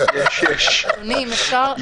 אפשר,